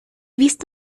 visto